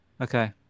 okay